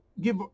give